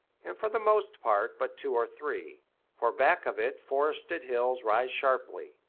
and for the most part but two or three for back of it forested hills rise sharply.